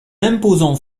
imposant